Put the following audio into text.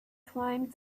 climbed